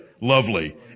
lovely